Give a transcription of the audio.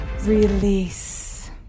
Release